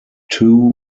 two